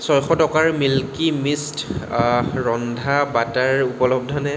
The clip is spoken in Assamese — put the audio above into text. ছয়শ টকাৰ মিল্কী মিষ্ট ৰন্ধা বাটাৰ উপলব্ধ নে